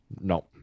No